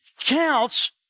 counts